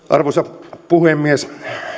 arvoisa puhemies